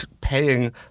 paying